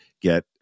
get